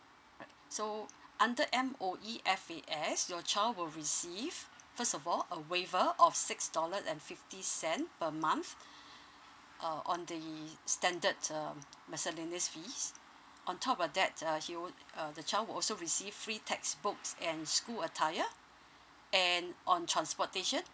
right so under M_O_E F_A_S your child will receive first of all a waiver of six dollar and fifty cent per month uh on the standard um miscellaneous fees on top of that uh he would uh the child would also receive free textbooks and school attire and on transportation